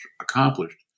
accomplished